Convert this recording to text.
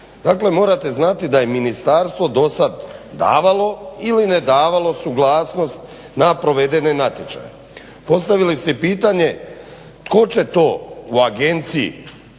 Dakle morate znati da je ministarstvo dosad davalo ili nedavalo suglasnost na provedene natječaje. Postavili ste pitanje tko će to u agenciji